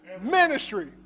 ministry